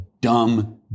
dumb